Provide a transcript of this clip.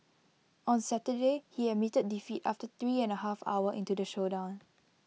on Saturday he admitted defeat after three and A half hour into the showdown